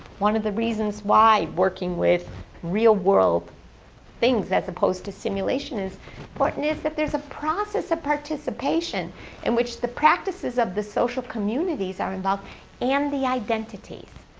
one of the reasons why working with real-world things as opposed to simulation is important but and is that there's a process of participation in which the practices of the social communities are involved and the identities.